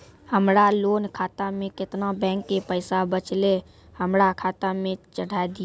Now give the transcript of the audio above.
हमरा लोन खाता मे केतना बैंक के पैसा बचलै हमरा खाता मे चढ़ाय दिहो?